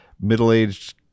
middle-aged